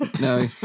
no